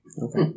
Okay